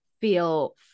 feel